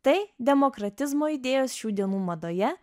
tai demokratizmo idėjos šių dienų madoje